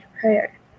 Prayer